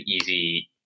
easy –